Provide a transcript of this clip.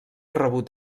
rebut